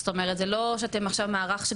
זאת אומרת זה לא שאתם עכשיו מערך של